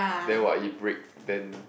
then what it break then